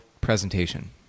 presentation